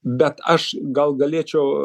bet aš gal galėčiau